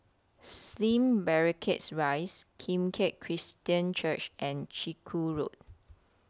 Slim Barracks Rise Kim Keat Christian Church and Chiku Road